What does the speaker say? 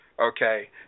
Okay